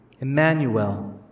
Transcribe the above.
Emmanuel